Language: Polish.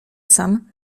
sam